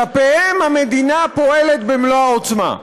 כלפיהם המדינה פועלת במלוא העוצמה.